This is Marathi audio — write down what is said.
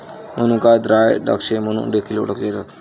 मनुका ड्राय द्राक्षे म्हणून देखील ओळखले जातात